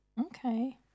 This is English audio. Okay